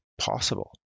possible